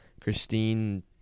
Christine